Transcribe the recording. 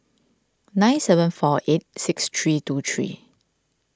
nine seven four eight six three two three